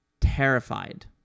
terrified